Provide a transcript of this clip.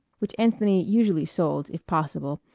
which anthony usually sold, if possible,